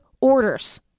orders